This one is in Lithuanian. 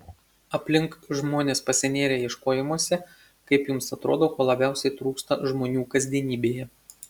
aplink žmonės pasinėrę ieškojimuose kaip jums atrodo ko labiausiai trūksta žmonių kasdienybėje